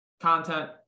content